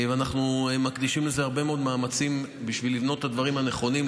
ואנחנו מקדישים הרבה מאוד מאמצים בשביל לבנות את הדברים הנכונים,